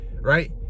right